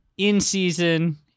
In-season